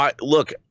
Look